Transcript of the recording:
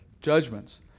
judgments